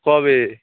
কবে